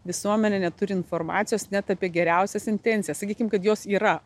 visuomenė neturi informacijos net apie geriausias intencijas sakykim kad jos yra